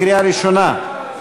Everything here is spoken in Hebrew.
קריאה ראשונה.